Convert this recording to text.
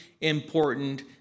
important